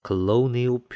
Colonial